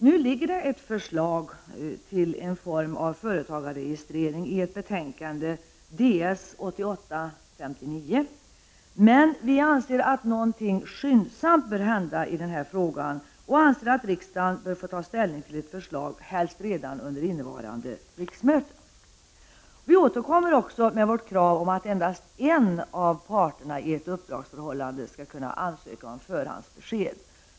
Nu föreligger det förslag till en form av företagarregistrering i ett betänkande, Ds 1988:59, men vi anser att något skyndsamt bör hända i denna fråga och att riksdagen bör få ta ställning till ett förslag redan under innevarande riksmöte. Vi återkommer också med vårt krav om att endast en av parterna i ett uppdragsförhållande skall kunna ansöka om förhandsbesked.